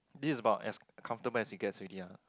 this is about as comfortable as it gets already ah